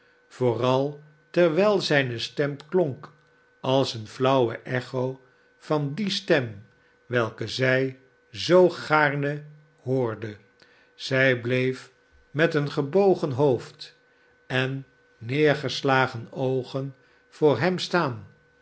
vooral terwijl zijne stem klonk als een flauwe echo van die stem welke zij zoo gaarne hoorde zij bleef met een gebogen hoofd ennedergeslagen oogen voor hem staan